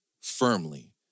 firmly